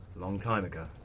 long time ago,